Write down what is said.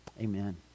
Amen